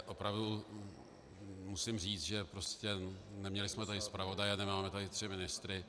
Opravdu musím říct, že prostě neměli jsme tady zpravodaje a nemáme tady tři ministry.